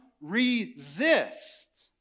Resist